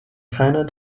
keiner